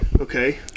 Okay